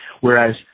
Whereas